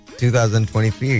2023